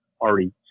already